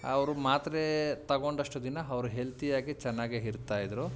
ಅವರು ಮಾತ್ರೆ ತಗೊಂಡಷ್ಟು ದಿನ ಅವ್ರು ಹೆಲ್ತಿಯಾಗಿ ಚೆನ್ನಾಗೆ ಇರ್ತಾಯಿದ್ರು